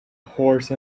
horse